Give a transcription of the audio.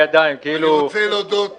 רוצה להודות